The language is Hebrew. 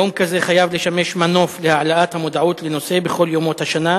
יום כזה חייב לשמש מנוף להעלאת המודעות לנושא בכל ימות השנה,